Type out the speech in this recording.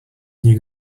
you